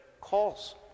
calls